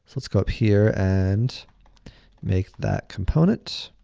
so let's go up here and make that component,